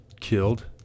killed